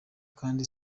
kandi